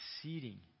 exceeding